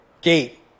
Gate